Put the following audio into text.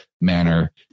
manner